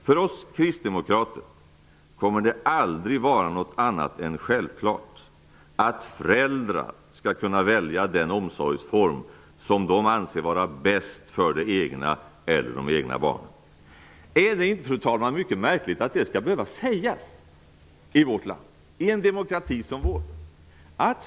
För oss kristdemokrater kommer det aldrig att vara något annat än självklart att föräldrar skall kunna välja den omsorgsform som de anser vara bäst för det egna eller de egna barnen. Är det inte, fru talman, mycket märkligt att det skall behöva sägas i vårt land, i en demokrati som vår?